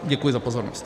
Děkuji za pozornost.